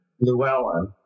Llewellyn